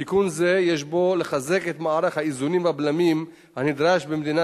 תיקון זה יש בו לחזק את מערך האיזונים והבלמים הנדרש במדינה